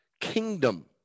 kingdom